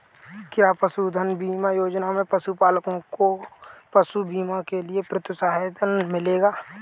क्या पशुधन बीमा योजना से पशुपालकों को पशु बीमा के लिए प्रोत्साहन मिलेगा?